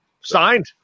Signed